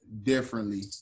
differently